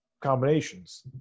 combinations